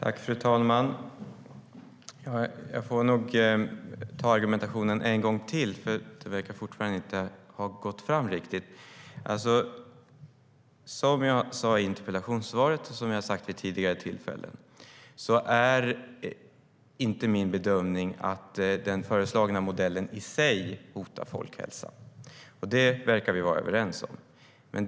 Fru talman! Jag får nog ta argumenten en gång till, för de verkar fortfarande inte ha gått fram riktigt. Som jag sa i interpellationssvaret, och som jag har sagt vid tidigare tillfällen, är det inte min bedömning att den föreslagna modellen i sig hotar folkhälsan. Det verkar vi vara överens om.